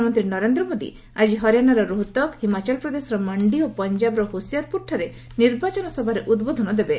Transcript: ପ୍ରଧାନମନ୍ତ୍ରୀ ନରେନ୍ଦ୍ର ମୋଦି ଆଜି ହରିଆଶାର ରୋହତକ ହିମାଚଳ ପ୍ରଦେଶର ମଣ୍ଡି ଓ ପଞ୍ଜାବର ହୋସିଆରପୁରଠାରେ ନିର୍ବାଚନ ସଭାରେ ଉଦ୍ବୋଧନ ଦେବେ